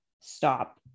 stop